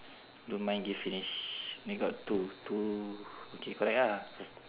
don't mind give finish only got two two okay correct lah